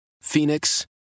Phoenix